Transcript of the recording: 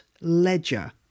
Ledger